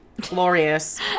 glorious